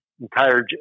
entire